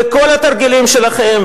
וכל התרגילים שלכם,